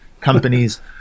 companies